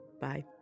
Bye